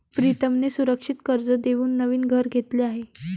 प्रीतमने सुरक्षित कर्ज देऊन नवीन घर घेतले आहे